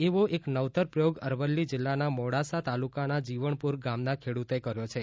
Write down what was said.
એવો એક નવતર પ્રયોગ અરવલ્લી જિલ્લાના મોડાસા તાલુકાના જીવણપુર ગામના ખેડૂતે કર્યો છે